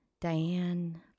Diane